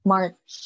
March